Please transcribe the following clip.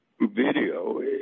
video